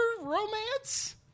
romance